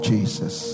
Jesus